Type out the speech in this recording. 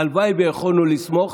הלוואי שיכולנו לסמוך